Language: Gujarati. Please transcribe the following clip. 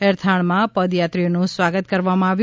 એરથાણમાં પદયાત્રિઓનું સ્વાગત કરવામાં આવ્યું